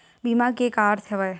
बीमा के का अर्थ हवय?